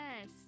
Yes